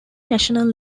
national